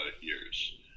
years